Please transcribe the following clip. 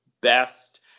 best